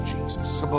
Jesus